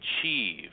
achieve –